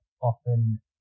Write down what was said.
Often